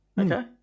Okay